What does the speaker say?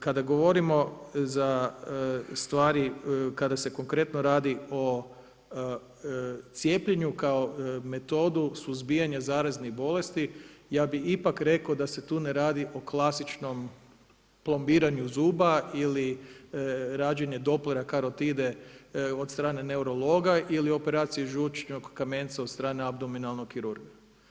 Kada govorimo za stvari kada se konkretno radi o cijepljenju kao metodu suzbijanja zaraznih bolesti, ja bih ipak rekao da se tu ne radi o klasičnom plombiranju zuba ili rađenje doplera karotide od strane neurologa ili operaciji žućnog kamenca od strane abdomenalnog kirurga.